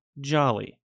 Jolly